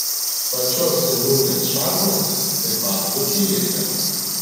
pačios seniūnės šaknys taip pat dzūkijoje